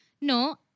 no